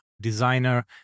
designer